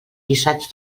guisats